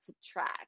subtract